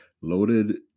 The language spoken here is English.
loaded